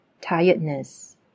tiredness